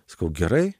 sakau gerai